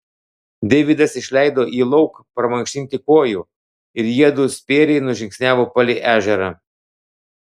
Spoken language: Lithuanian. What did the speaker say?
deividas išleido jį lauk pramankštinti kojų ir jiedu spėriai nužingsniavo palei ežerą